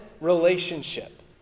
relationship